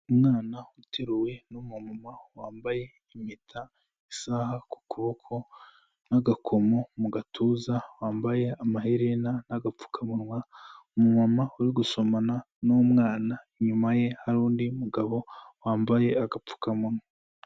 Umwana uteruwe n'umumama, wambaye impeta, isaha ku kuboko n'agakomo mu gatuza, wambaye amaherena n'agapfukamunwa, umumama uri gusomana n'umwana, inyuma ye hari undi mugabo wambaye agapfukamunwa.